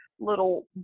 little